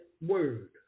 word